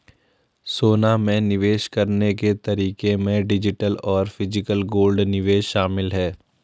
सोना में निवेश करने के तरीके में डिजिटल और फिजिकल गोल्ड निवेश शामिल है